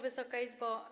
Wysoka Izbo!